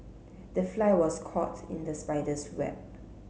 the fly was caught in the spider's web